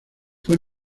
fue